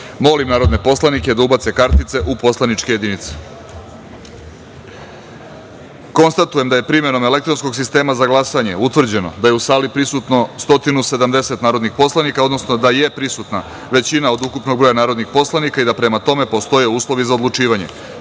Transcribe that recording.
narodne poslanike da ubace kartice u poslaničke jedinice. Konstatujem da je, primenom elektronskog sistema za glasanje, utvrđeno da je u sali prisutno 170 narodnih poslanika, odnosno da je prisutna većina od ukupnog broja narodnih poslanika i da prema tome postoje uslovi za odlučivanje. Prelazimo